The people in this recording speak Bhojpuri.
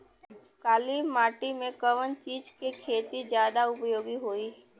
काली माटी में कवन चीज़ के खेती ज्यादा उपयोगी होयी?